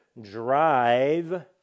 drive